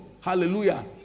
Hallelujah